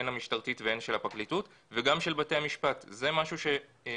הן המשטרתית והן של הפרקליטות וגם של בתי המשפט -- מי